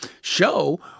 show